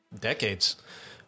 decades